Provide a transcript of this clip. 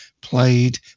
played